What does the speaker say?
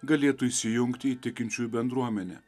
galėtų įsijungti į tikinčiųjų bendruomenę